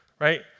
right